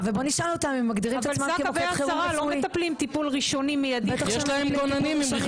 ניידות טיפול נמרץ